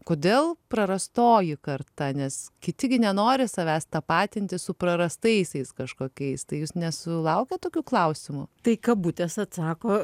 kodėl prarastoji karta nes kiti gi nenori savęs tapatinti su prarastaisiais kažkokiais tai jūs nesulaukot tokių klausimų tai kabutės atsako